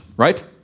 Right